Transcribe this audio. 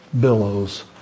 billows